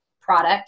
product